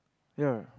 ya